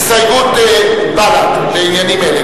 הסתייגות בל"ד לעניינים אלה,